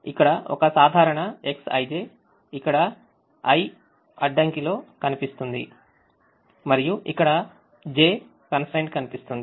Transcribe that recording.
ఇక్కడ ఒక సాధారణ Xijఇక్కడ ith అడ్డంకి లో కనిపిస్తుంది మరియు ఇక్కడ jth అడ్డంకి కనిపిస్తుంది